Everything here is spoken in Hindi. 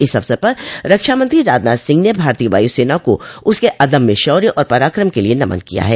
इस अवसर पर रक्षामंत्री राजनाथ सिंह ने भारतीय वायुसेना को उसके अदम्य शौर्य और पराक्रम के लिए नमन किया है